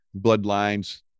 bloodlines